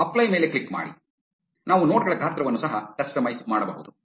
apply ಮೇಲೆ click ಮಾಡಿ ನಾವು ನೋಡ್ ಗಳ ಗಾತ್ರವನ್ನು ಸಹ ಕಸ್ಟಮೈಸ್ ಮಾಡಬಹುದು